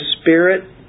Spirit